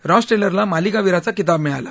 Ross टेलरला मालिकावीराचा किताब मिळाला